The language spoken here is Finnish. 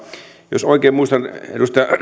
jos oikein muistan edustaja